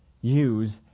use